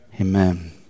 Amen